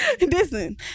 Listen